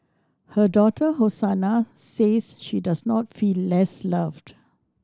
her daughter Hosanna says she does not feel less loved